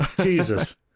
Jesus